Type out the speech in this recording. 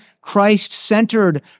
Christ-centered